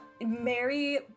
Mary